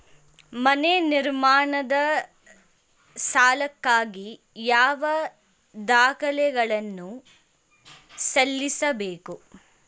ಮನೆ ನಿರ್ಮಾಣದ ಸಾಲಕ್ಕಾಗಿ ಯಾವ ದಾಖಲೆಗಳನ್ನು ಸಲ್ಲಿಸಬೇಕು?